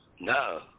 No